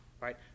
right